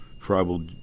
tribal